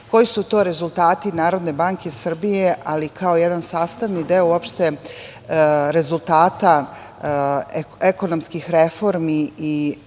koji su to rezultati Narodne banke Srbije, ali kao jedan sastavni deo uopšte rezultata ekonomskih reformi i